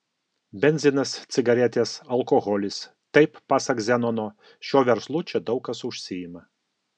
benzinas cigaretės alkoholis taip pasak zenono šiuo verslu čia daug kas užsiima